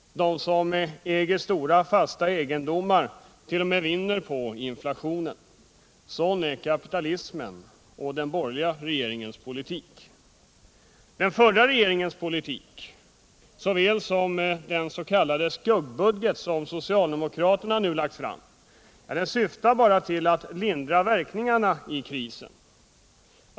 De som äger stora fasta egendomart.o.m. vinner på inflationen. Sådan är kapitalismen och den borgerliga regeringens politik. Socialdemokraternas politik liksom den s.k. skuggbudget som de nu lagt fram syftar bara till att lindra verkningarna av kriserna.